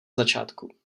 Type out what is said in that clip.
začátku